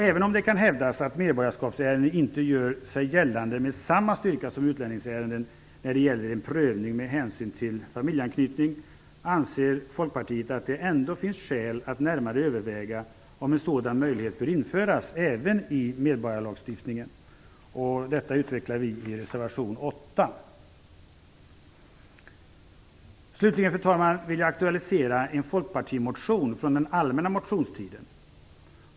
Även om det kan hävdas att medborgarskapsärenden inte gör sig gällande med samma styrka som utlänningsärenden vid prövning med hänsyn tagen till familjeanknytning, anser Folkpartiet att det ändå finns skäl att närmare överväga om en sådan möjlighet bör införas även i medborgarlagstiftningen. Detta utvecklar vi i reservation 18. Slutligen, fru talman, vill jag aktualisera en folkpartimotion från den allmänna motionstiden.